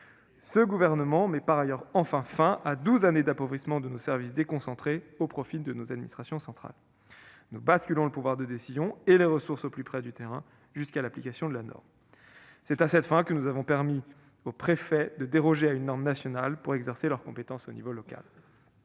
Ce gouvernement met par ailleurs fin- enfin ! -à douze années d'appauvrissement de nos services déconcentrés au profit de nos administrations centrales. Nous faisons basculer le pouvoir de décision et les ressources au plus près du terrain, jusqu'à l'application de la norme. C'est à cette fin que nous avons autorisé les préfets à déroger à une norme nationale pour exercer leurs compétences au niveau local.